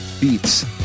beats